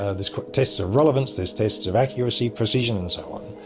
ah there's tests of relevance, there's tests of accuracy, precision and so on.